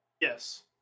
Yes